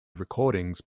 recordings